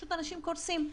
וכך אנשים קורסים,